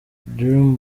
dream